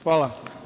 Hvala.